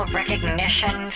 recognition